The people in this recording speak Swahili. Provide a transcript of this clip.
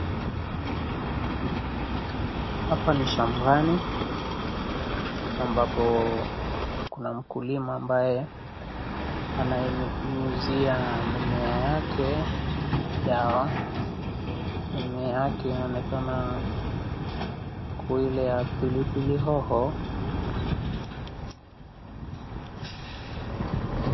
Hapa ni shambani, ambapo kuna mkulima ambaye, ananyunyuzia mimea yake dawa. Mimea yake inaonekana kuwa ile ya pilipili hoho.